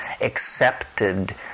accepted